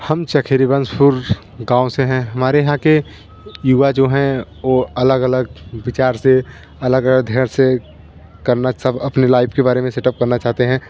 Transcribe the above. हम चकहड़ीवंशपुर गाँव से हैं हमारे यहाँ के युवा जो हैं वो अलग अलग विचार से अलग अलग धैर्य से करना सब अपने लाइफ के बारे मे सेटअप करना चाहते हैं